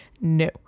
No